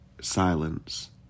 silence